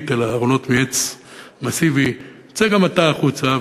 אלא ארונות מעץ מסיבי: צא גם אתה החוצה.